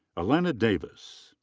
alana davis.